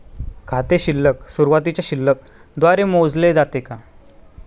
खाते शिल्लक सुरुवातीच्या शिल्लक द्वारे मोजले जाते का?